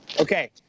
Okay